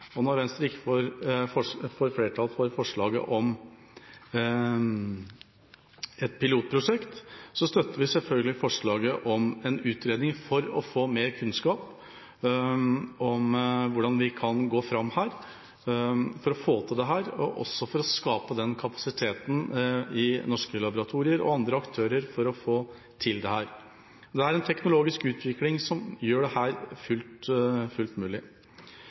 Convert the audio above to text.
Når Venstre ikke får flertall for forslaget om et pilotprosjekt, stemmer vi selvfølgelig for forslaget om en utredning for å få mer kunnskap om hvordan vi kan gå fram her for å få til dette, og også for å skape kapasitet i norske laboratorier og andre aktører for å få til dette. Den teknologiske utviklingen gjør dette fullt mulig. Så det er en